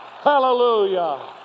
Hallelujah